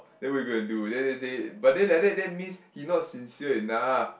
then we go and do then they say but then like that that means he not sincere enough